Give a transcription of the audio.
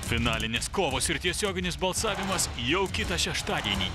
finalinės kovos ir tiesioginis balsavimas jau kitą šeštadienį